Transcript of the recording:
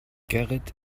gerrit